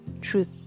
Truth